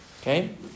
okay